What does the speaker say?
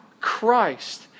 Christ